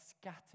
scattered